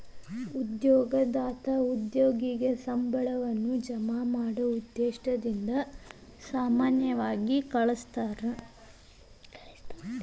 ಉದ್ಯೋಗದಾತ ಉದ್ಯೋಗಿಗೆ ಸಂಬಳವನ್ನ ಜಮಾ ಮಾಡೊ ಉದ್ದೇಶದಿಂದ ಸಾಮಾನ್ಯವಾಗಿ ಸಂಬಳ ಖಾತೆಯನ್ನ ತೆರೆಯಲಾಗ್ತದ